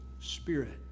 Spirit